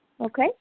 Okay